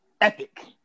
epic